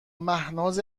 مهناز